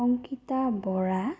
Ankita Bora